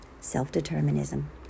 Self-determinism